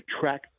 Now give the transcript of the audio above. track